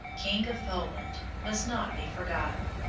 king of poland, must not be forgotten.